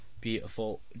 beautiful